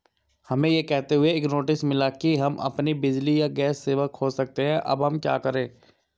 हमें यह कहते हुए एक नोटिस मिला कि हम अपनी बिजली या गैस सेवा खो सकते हैं अब हम क्या करें?